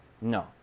No